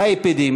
אייפדים,